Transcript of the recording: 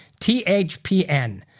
THPN